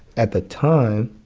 at that time,